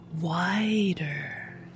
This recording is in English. wider